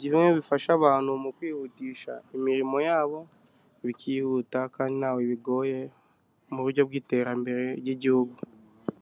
bimwe bifasha abantu mu kwihutisha imirimo yabo bikihuta kandi ntawe bigoye mu buryo bw'iterambere ry'igihugu.